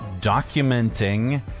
documenting